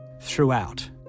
throughout